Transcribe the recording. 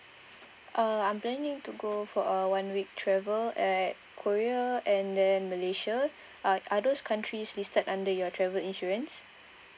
uh I'm planning to go for a one week travel at korea and then malaysia uh are those countries listed under your travel insurance